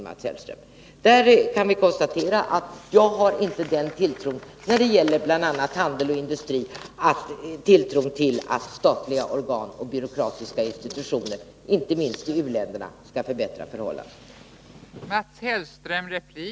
Jag har inte en sådan tilltro till statliga organ och byråkratiska institutioner att jag anser att de när det gäller bl.a. handel och industri skall förbättra förhållandena i u-länderna.